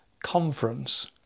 Conference